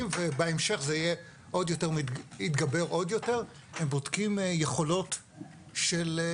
ובהמשך זה יתגבר עוד יותר הם בודקים יכולות קוגניטיביות,